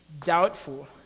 doubtful